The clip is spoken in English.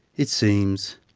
it seems,